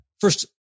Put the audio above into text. first